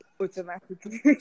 automatically